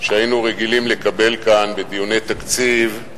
שהיינו רגילים לקבל כאן, בדיוני תקציב,